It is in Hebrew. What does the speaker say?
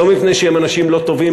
לא מפני שהם אנשים לא טובים,